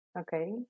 okay